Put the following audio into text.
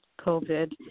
COVID